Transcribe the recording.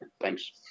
Thanks